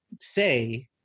say